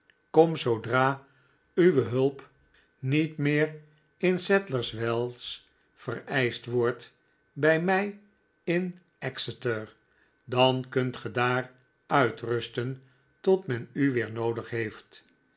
kom zoodra uwe hulp niet meer in sadlers wells vereischt wordt bij mij in exeter dan kunt ge daar uitrusten tot men u weer noodig heeft